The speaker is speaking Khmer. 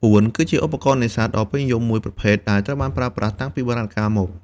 អួន គឺជាឧបករណ៍នេសាទដ៏ពេញនិយមមួយប្រភេទដែលត្រូវបានប្រើប្រាស់តាំងពីបុរាណកាលមក។